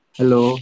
Hello